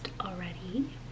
already